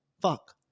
Fuck